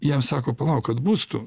jam sako palauk atbus tu